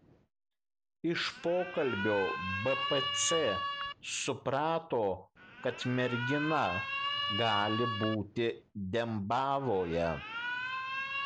iš pokalbio bpc suprato kad mergina gali būti dembavoje